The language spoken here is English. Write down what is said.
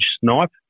snipe